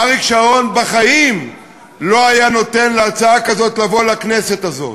אריק שרון בחיים לא היה נותן להצעה כזאת לבוא לכנסת הזאת.